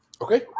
Okay